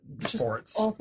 sports